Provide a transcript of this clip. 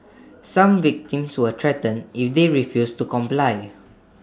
some victims were threatened if they refused to comply